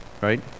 Right